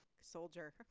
soldier